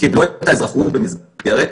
שאמרתי מימוש זכות למשפחה